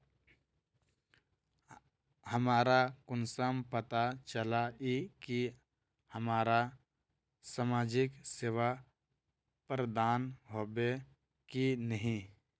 हमरा कुंसम पता चला इ की हमरा समाजिक सेवा प्रदान होबे की नहीं?